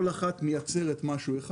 כל אחת מייצרת משהו אחד.